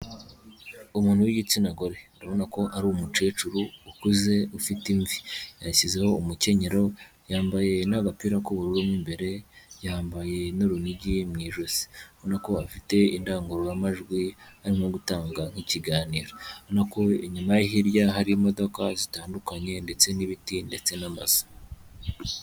Umuntu w'igitsina gore urabona ko ari umukecuru ukuze ufite imvi yashyizeho umukenyero yambaye n'agapira k'ubururu mo imbere yambaye n'urunigi mu ijosi, urabona ko afite indangururamajwi arimo gutanga ikiganiro, urabona ko inyuma ye hirya hari imodoka zitandukanye ndetse n'ibiti ndetse n'amazu.